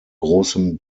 großem